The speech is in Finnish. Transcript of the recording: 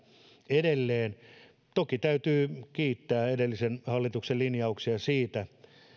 edelleen toki täytyy kiittää edellisen hallituksen linjauksia siitä mitä